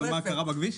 היתה תאונה מטורפת.